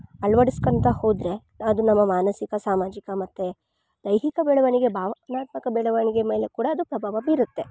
ಅಳ್ವಡಿಸ್ಕೊಂತ ಹೋದ್ರೆ ಅದ್ ನಮ್ಮ ಮಾನಸಿಕ ಸಾಮಾಜಿಕ ಮತ್ತೆ ದೈಹಿಕ ಬೆಳವಣಿಗೆ ಬಾವನಾತ್ಮಕ ಬೆಳವಣಿಗೆ ಮೇಲೆ ಕೂಡ ಅದು ಪ್ರಬಾವ ಬೀರುತ್ತೆ